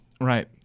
Right